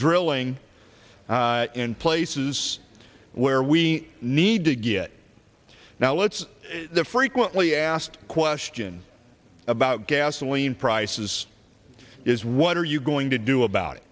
drilling in places where we need to get it now lets the frequently asked question about gasoline prices is what are you going to do about it